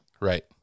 Right